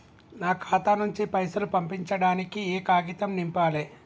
నా ఖాతా నుంచి పైసలు పంపించడానికి ఏ కాగితం నింపాలే?